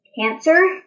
cancer